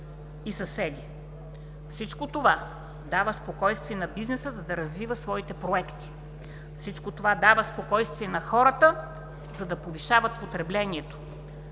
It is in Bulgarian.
и съседи. Всичко това дава спокойствие на бизнеса, за да развива своите проекти. Всичко това дава спокойствие на хората, за да повишават потреблението.